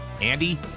Andy